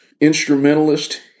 instrumentalist